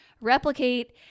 replicate